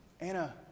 Anna